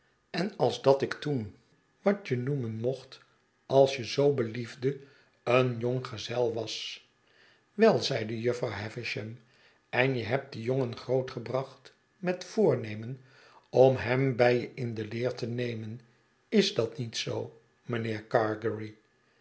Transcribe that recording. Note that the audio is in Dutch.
en als dat ik toen wat je noemen mocht als je zoo heliefde een jonggezel was wel zeide jufvrouw havisham enje hebt dien jongen groot gebracht met voornemen om hem bij je in de leer te nemen is dat niet zoo mijnheer gargery